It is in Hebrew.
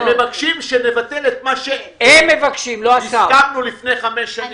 הם מבקשים שנבטל את מה שהסכמנו לפני חמש שנים.